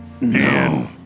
no